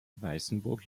weißenburg